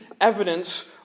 evidence